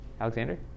Alexander